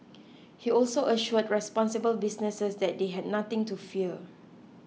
he also assured responsible businesses that they had nothing to fear